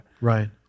Right